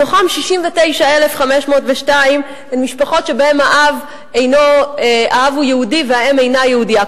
מתוכן 69,502 הן משפחות שבהן האב הוא יהודי והאם אינה יהודייה,